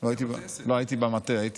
לא, הייתי במטה.